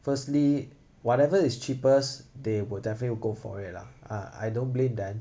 firstly whatever is cheapest they will definitely go for it lah ah I don't blame them